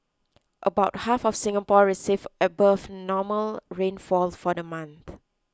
about half of Singapore received above normal rainfall for the month